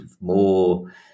more